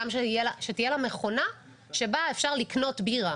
שגם תהיה לה מכונה בה אפשר לקנות בירה